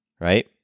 right